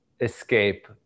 escape